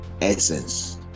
essence